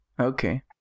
Okay